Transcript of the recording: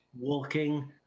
Walking